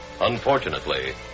Unfortunately